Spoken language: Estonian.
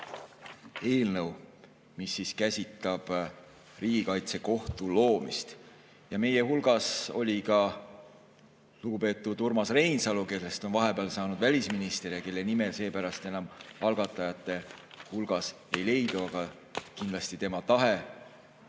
eelnõu, mis käsitleb Riigikaitsekohtu loomist. Meie hulgas oli ka lugupeetud Urmas Reinsalu, kellest on vahepeal saanud välisminister ja kelle nime seepärast enam algatajate hulgas ei leidu, aga kindlasti on tema tahe